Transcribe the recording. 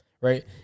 right